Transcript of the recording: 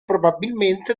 probabilmente